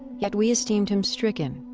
yet we esteemed him stricken,